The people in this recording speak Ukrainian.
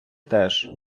теж